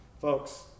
Folks